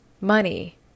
money